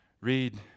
read